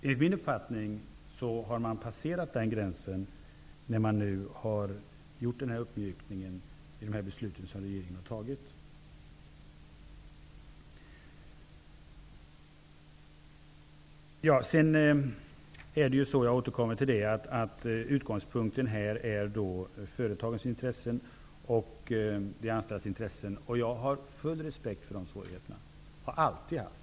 Enligt min uppfattning har den gränsen passerats genom uppmjukningen i de beslut som regeringen har fattat. Jag återkommer till att utgångspunkten är företagens och de anställdas intressen. Jag har full respekt för dessa svårigheter. Det har jag alltid haft.